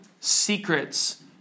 secrets